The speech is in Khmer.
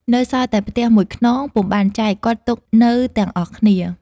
នៅសល់តែផ្ទះ ១ខ្នងពុំបានចែក គាត់ទុកនៅទាំងអស់គ្នា ។